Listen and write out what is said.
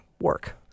work